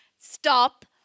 stop